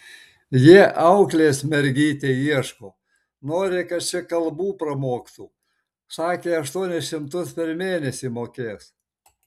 jie auklės mergytei ieško nori kad ši kalbų pramoktų sakė aštuonis šimtus per mėnesį mokės